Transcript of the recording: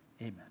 Amen